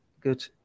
good